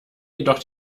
jedoch